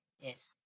Yes